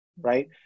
Right